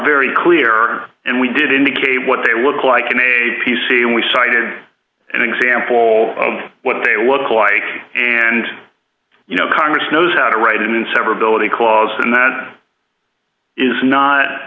very clear and we did indicate what they look like in a p c and we cited an example of what they look like and you know congress knows how to write and severability clause and that is not